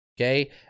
Okay